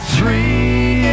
three